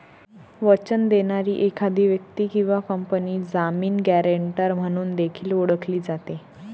वचन देणारी एखादी व्यक्ती किंवा कंपनी जामीन, गॅरेंटर म्हणून देखील ओळखली जाते